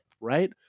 right